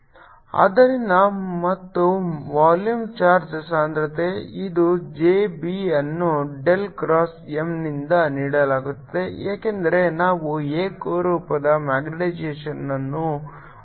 Kb Mn Mzz 0 ಆದ್ದರಿಂದ ಮತ್ತು volume charge ಸಾಂದ್ರತೆ ಇದು j b ಅನ್ನು del ಕ್ರಾಸ್ M ನಿಂದ ನೀಡಲಾಗುತ್ತದೆ ಏಕೆಂದರೆ ನಾವು ಏಕರೂಪದ ಮ್ಯಾಗ್ನೆಟೈಸೇಶನ್ ಅನ್ನು ಹೊಂದಿದ್ದೇವೆ